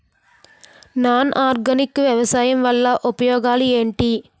Non organic వ్యవసాయం వల్ల ఉపయోగాలు ఏంటీ?